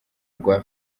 rwa